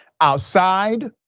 outside